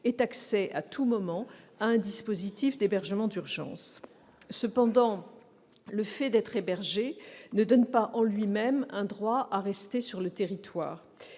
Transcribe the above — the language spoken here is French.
ait accès, à tout moment, à un dispositif d'hébergement d'urgence. Toutefois, le fait d'être hébergé ne confère pas en lui-même un droit à rester sur le territoire.